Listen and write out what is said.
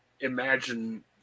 imagine